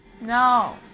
no